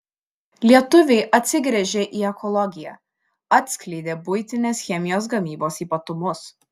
lietuviai atsigręžia į ekologiją atskleidė buitinės chemijos gamybos ypatumus